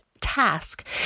task